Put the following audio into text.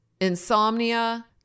insomnia